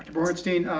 borenstein,